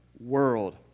world